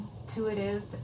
intuitive